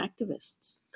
activists